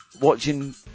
Watching